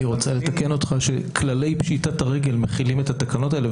אני רוצה לתקן אותך שכללי פשיטת הרגל מכילים את התקנות האלה.